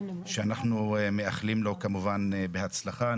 שאנחנו מאחלים לו כמובן בהצלחה.